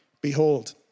Behold